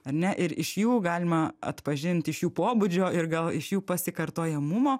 ar ne ir iš jų galima atpažint iš jų pobūdžio ir gal iš jų pasikartojamumo